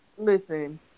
Listen